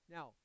Now